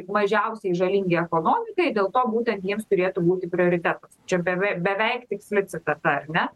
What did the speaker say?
mažiausiai žalingi ekonomikai dėl to būtent jiems turėtų būti prioritetas čia beve beveik tiksli citata ar ne